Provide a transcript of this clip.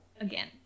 Again